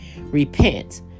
Repent